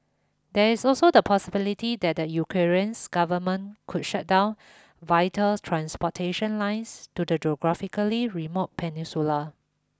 there is also the possibility that the Ukrainians government could shut down vital transportation lines to the geographically remote peninsula